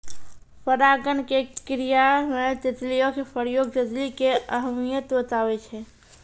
परागण के क्रिया मे तितलियो के प्रयोग तितली के अहमियत बताबै छै